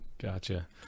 Gotcha